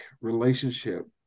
relationship